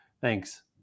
thanks